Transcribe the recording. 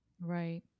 right